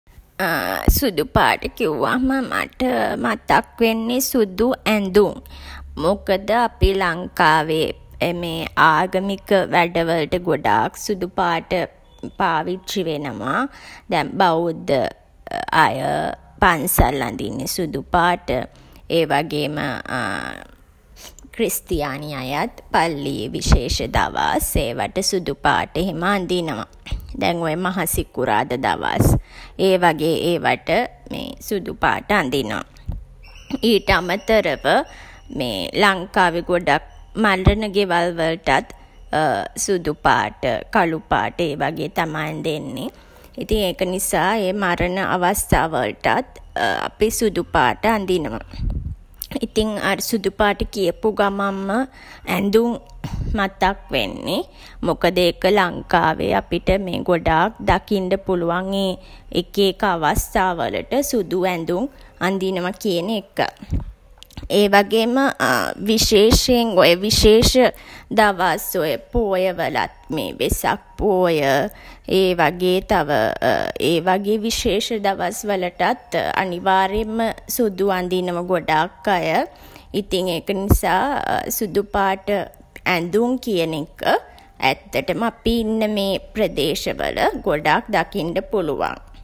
සුදු පාට කිව්වහම මට මතක් වෙන්නේ සුදු ඇඳුම්. මොකද අපි ලංකාවේ ආගමික වැඩ වලට ගොඩාක් සුදු පාට පාවිච්චි වෙනවා. දැන් බෞද්ධ අය පන්සල් අඳින්නේ සුදු පාට. ඒවගේම ක්‍රිස්තියානි අයත් පල්ලියේ විශේෂ දවස් ඒවාට සුදු පාට එහෙම අඳිනවා. දැන් ඔය මහා සිකුරාදා දවස්, ඒ වගේ ඒවට සුදු පාට අඳිනවා. ඊට අමතරව ලංකාවේ ගොඩක් මරණ ගෙවල් වලටත් සුදු පාට, කළු පාට, ඒ වගේ තමා ඇඳෙන්නේ. ඉතින් ඒක නිසා ඒ මරණ අවස්ථා වලටත් අපි සුදු පාට අඳිනවා. ඉතින් අර සුදු පාට කියපු ගමම්ම ඇඳුම් මතක් වෙන්නේ. මොකද ඒක ලංකාවේ අපිට ගොඩාක් දකින්ඩ පුළුවන් ඒ එක එක අවස්ථා වලට සුදු ඇඳුම් අඳිනවා කියන එක. ඒවගේම විශේෂයෙන් ඔය විශේෂ දවස් ඔය පෝය වලත් වෙසක් පෝය ඒ වගේ තව ඒ වගේ විශේෂ දවස් වලටත් අනිවාර්යෙන්ම සුදු අඳිනවා ගොඩාක් අය. ඉතින් ඒක නිසා සුදු පාට ඇඳුම් කියන එක ඇත්තටම අපි ඉන්න මේ ප්‍රදේශවල ගොඩක් දකින්ඩ පුළුවන්.